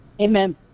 Amen